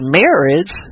marriage